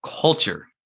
culture